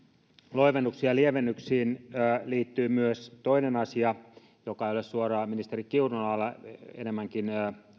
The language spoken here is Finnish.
loivennuksiin ja lievennyksiin liittyy myös toinen asia joka ei ole suoraan ministeri kiurun alaa enemmänkin